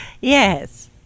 Yes